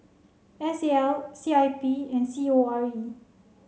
S A L C I P and C O R E